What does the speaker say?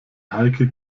heike